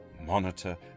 monitor